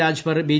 Rajbhar B